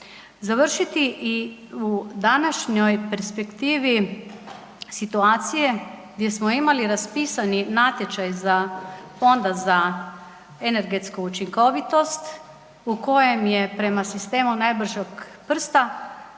završiti i u današnjoj perspektivi situacije gdje smo imali raspisani natječaj za Fonda za energetsku učinkovitost u kojem je prema sistemu najbržeg prsta,